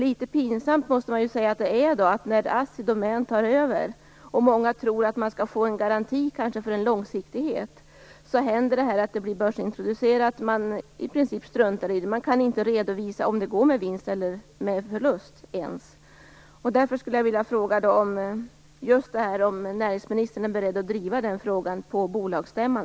Litet pinsamt måste man säga att det är att när Assi Domän tar över, och många tror att man skall få en garanti för långsiktighet, blir företaget börsintroducerat och man struntar i princip i det. Man kan inte ens redovisa om det går med vinst eller med förlust. Därför skulle jag vilja fråga: Är näringsministern, såsom varande majoritetsägare, beredd att driva denna fråga på bolagsstämman?